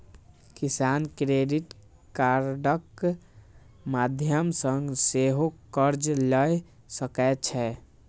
किसान क्रेडिट कार्डक माध्यम सं सेहो कर्ज लए सकै छै